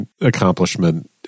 accomplishment